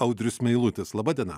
audrius meilutis laba diena